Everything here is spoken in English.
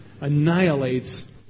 annihilates